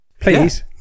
Please